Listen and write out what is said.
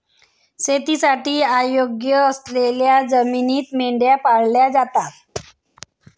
शेतीसाठी अयोग्य असलेल्या जमिनीत मेंढ्या पाळल्या जातात